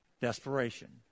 desperation